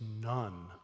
none